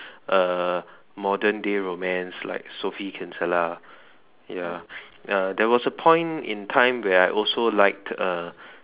uh modern day romance like Sophie Kinsella ya uh there was a point in time where I also liked uh